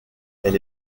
elle